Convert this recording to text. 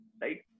right